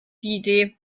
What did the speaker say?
idee